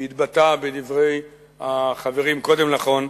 שהתבטאה בדברי החברים קודם לכן,